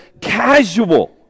casual